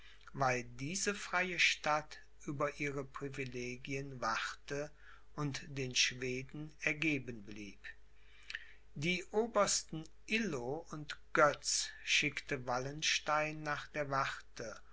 weil diese freie stadt über ihre privilegien wachte und den schweden ergeben blieb die obersten illo und götz schickte wallenstein nach der warthe